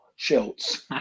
Schultz